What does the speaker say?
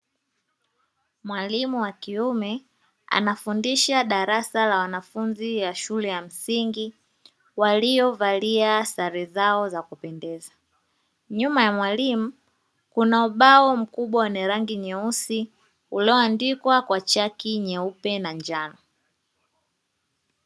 Mwalimu wa kiume anafundisha darasa la wanafunzi wa shule ya msingi, waliovalia sare zao za kupendeza nyuma ya mwalimu kuna ubao mkubwa wenye rangi nyeusi ulioandikwa kwa chaki nyeupe na njano.